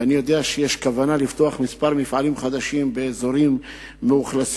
ואני יודע שיש כוונה לפתוח כמה מפעלים חדשים באזורים מאוכלסים,